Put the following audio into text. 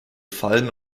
fallen